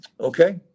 Okay